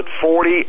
forty